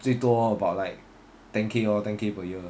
最多 about like ten K lor ten K per year